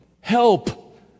Help